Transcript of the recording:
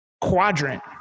quadrant